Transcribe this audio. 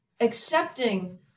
accepting